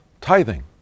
tithing